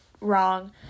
wrong